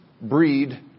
breed